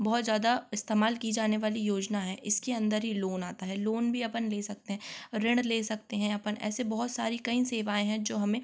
बहुत ज्यादा इस्तेमाल की जाने वाली योजना है इसके अंदर ही लोन आता है लोन भी अपन ले सकते हैं ऋण ले सकते हैं अपन ऐसे बहुत सारी कई सेवाएँ हैं जो हमें